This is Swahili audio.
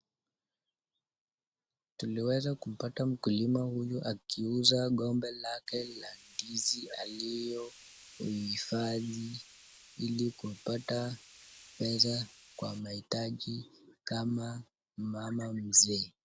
Tuliweza kumpata mkulima huyu akiuza gombe lake la ndizi aliyoihifadhi ili kupata pesa kwa mahitaji kama mama mzee.